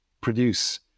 produce